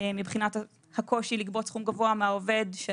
מבחינת הקושי לגבות סכום גבוה מהעובד.